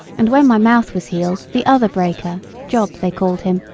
and when my mouth was healed the other breaker, job, they called him,